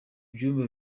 ibyumba